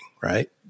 Right